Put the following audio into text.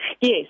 Yes